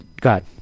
god